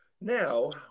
Now